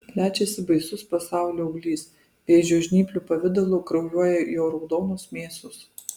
plečiasi baisus pasaulio auglys vėžio žnyplių pavidalu kraujuoja jo raudonos mėsos